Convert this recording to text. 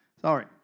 Sorry